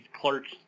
Clerks